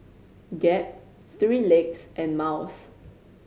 Gap Three Legs and Miles